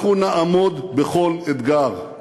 אנחנו נעמוד בכל אתגר,